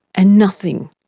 and nothing,